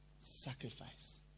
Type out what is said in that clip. sacrifice